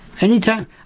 Anytime